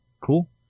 cool